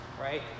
right